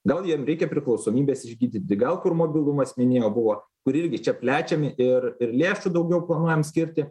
gal jam reikia priklausomybes išgydyti gal kur mobilumas minėjau buvo kur irgi čia plečiam ir ir lėšų daugiau planuojam skirti